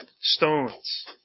stones